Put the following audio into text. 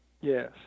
Yes